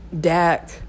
Dak